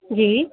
जी